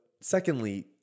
secondly